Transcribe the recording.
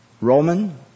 Roman